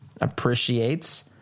appreciates